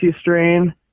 Strain